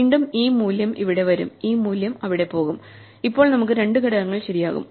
വീണ്ടും ഈ മൂല്യം ഇവിടെ വരും ഈ മൂല്യം അവിടെ പോകും ഇപ്പോൾ നമുക്ക് രണ്ട് ഘടകങ്ങൾ ശരിയാകും